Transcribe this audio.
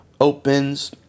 opens